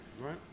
Right